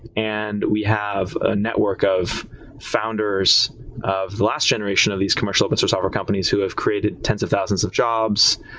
and we have a network of founders of the last generation of these commercial open source software companies who have created tens of thousands of jobs,